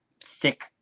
thick